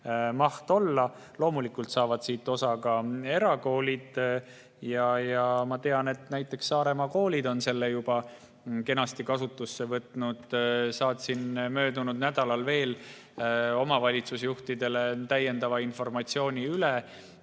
miljonit. Loomulikult saavad siit osa ka erakoolid. Ma tean, et näiteks Saaremaa koolid on selle juba kenasti kasutusele võtnud. Saatsin möödunud nädalal omavalitsusjuhtidele täiendavat informatsiooni selle